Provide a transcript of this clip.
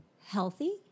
healthy